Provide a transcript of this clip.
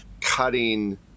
cutting